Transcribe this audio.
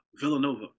Villanova